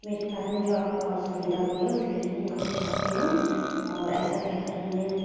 मेरे कारण जो आपको असुविधा हुई है उसके लिए मैं माफ़ी चाहती हूँ और ऐसा कह कर मैंने